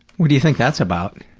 what do you think that's about?